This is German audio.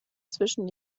zwischen